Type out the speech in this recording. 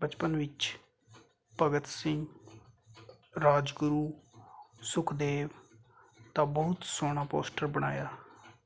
ਬਚਪਨ ਵਿੱਚ ਭਗਤ ਸਿੰਘ ਰਾਜਗੁਰੂ ਸੁਖਦੇਵ ਦਾ ਬਹੁਤ ਸੋਹਣਾ ਪੋਸਟਰ ਬਣਾਇਆ